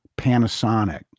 Panasonic